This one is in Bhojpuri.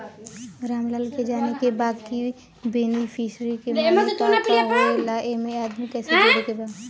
रामलाल के जाने के बा की बेनिफिसरी के माने का का होए ला एमे आदमी कैसे जोड़े के बा?